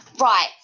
Right